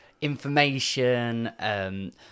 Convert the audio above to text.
information